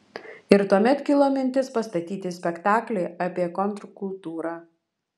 ir tuomet kilo mintis pastatyti spektaklį apie kontrkultūrą